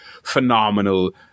phenomenal